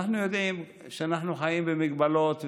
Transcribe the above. אנחנו יודעים שאנחנו חיים במגבלות,